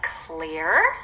clear